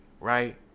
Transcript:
right